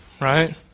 Right